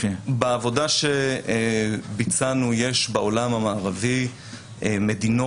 אז בעבודה שביצענו יש בעולם המערבי הרבה